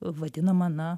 vadinama na